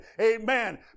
Amen